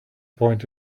point